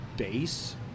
base